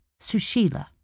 Sushila